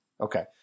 Okay